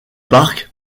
parc